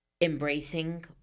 embracing